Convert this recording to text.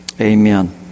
Amen